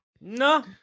No